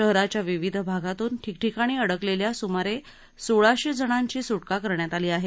शहराच्या विविध भागातून ठिकठिकाणी अडकलेल्या स्मारे सोळाशे जणांची स्टका करण्यात आली आहे